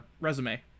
resume